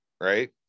right